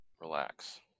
relax